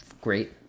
great